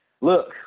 look